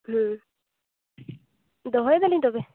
ᱫᱚᱦᱚᱭᱮᱫᱟᱞᱤᱧ ᱛᱚᱵᱮ